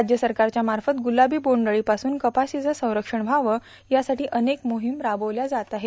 राज्य सरकारच्या मार्फत गुलाबी बोंड अळी पासून कपासीचे संरक्षण क्रावं चासावी अनेक मोठीम राबवली जात आहे